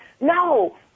No